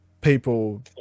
people